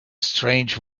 strange